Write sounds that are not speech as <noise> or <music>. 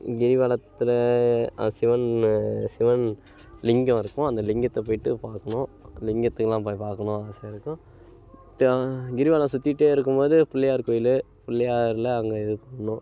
கிரிவலத்தில் சிவனு சிவன் லிங்கம் இருக்கும் அந்த லிங்கத்தை போயிட்டு பார்க்கணும் லிங்கத்தெல்லாம் போய் பார்க்கணுன்னு ஆசை இருக்குது <unintelligible> கிரிவலம் சுற்றிட்டே இருக்கும் போது பிள்ளையார் கோவிலு பிள்ளையார்ல அங்கே இது பண்ணணும்